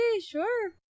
sure